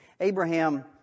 Abraham